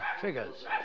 figures